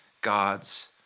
God's